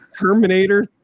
terminator